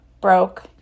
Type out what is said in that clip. broke